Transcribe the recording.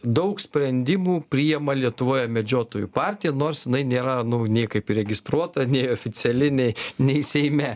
daug sprendimų priema lietuvoje medžiotojų partija nors jinai nėra nu niekaip įregistruota nei oficiali nei nei seime